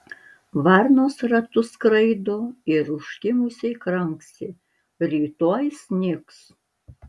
varnos ratu skraido ir užkimusiai kranksi rytoj snigs